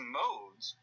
modes